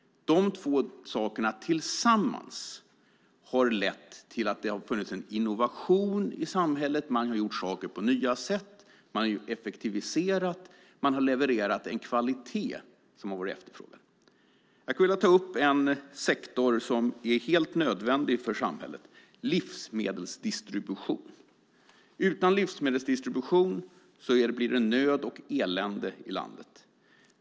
Dessa två saker tillsammans har lett till att det har funnits en innovation i samhället; man har gjort saker på nya sätt, effektiviserat och levererat en kvalitet som har varit efterfrågad. Jag ska ta upp en sektor som är nödvändig för samhället, nämligen livsmedelsdistribution. Utan livsmedelsdistribution blir det nöd och elände i landet.